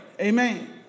Amen